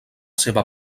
seva